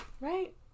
right